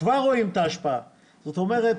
זאת אומרת,